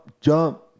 jump